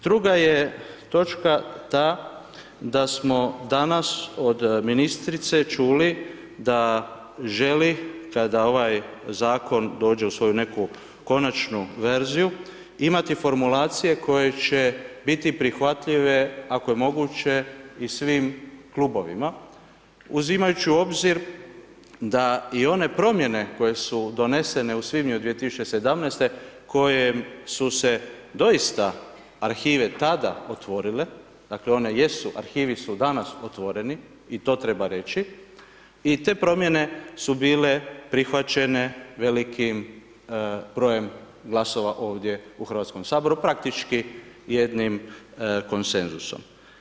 Druga je točka ta, da smo danas, od ministrice čuli, da želi, kada ovaj zakon dođe u svoju neku konačnu verziju imati formulacije koje će biti prihvatljive ako je moguće i svim klubovima, uzimajući u obzir da i one promjene, koje su donesene u svibnju 2017. koje su se doista arhive tada otvorile, a to one jesu, arhivi su danas otvoreni i to treba reći i te promjene su bile prihvaćene velikim brojem glasova ovdje u Hrvatskom saboru, praktički jednim konsenzusom.